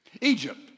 Egypt